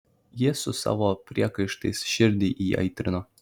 ji su savo priekaištais širdį įaitrino